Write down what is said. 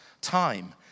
time